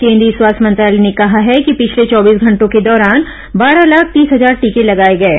केन्द्रीय स्वास्थ्य मंत्रालय ने कहा है कि पिछले चौबीस घंटों के दौरान बारह लाख तीस हजार टीके लगाये गये